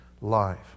life